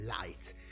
Light